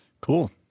Cool